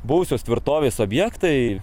buvusios tvirtovės objektai